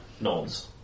nods